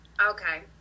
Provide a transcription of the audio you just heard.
okay